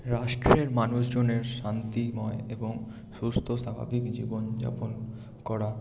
রাষ্ট্রের মানুষজনের শান্তিময় এবং সুস্থ স্বাভাবিক জীবন যাপন করা